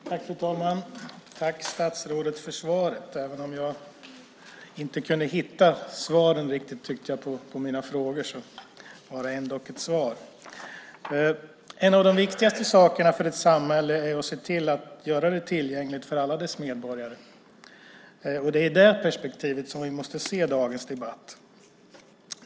Fru talman! Jag tackar statsrådet för svaret. Även om jag inte riktigt kunde hitta svaren på mina frågor var det ändock ett svar. En av de viktigaste sakerna för ett samhälle är att man ser till att göra det tillgängligt för alla dess medborgare. Det är i det perspektivet vi måste se dagens debatt.